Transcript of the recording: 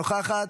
אינה נוכחת,